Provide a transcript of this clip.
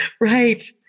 Right